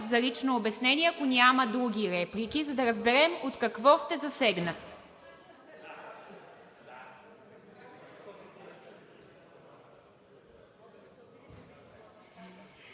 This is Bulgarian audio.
за лично обяснение, ако няма други реплики, за да разберем от какво сте засегнат.